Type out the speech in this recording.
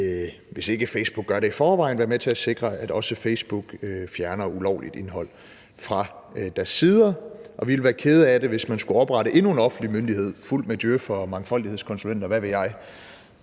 hvis ikke Facebook gør det i forvejen – fint kan være med til at sikre, at også Facebook fjerner ulovligt indhold fra deres sider, og vi ville være kede af det, hvis man skulle oprette endnu en offentlig myndighed fuld af djøf'ere, mangfoldighedskonsulenter, og hvad ved jeg,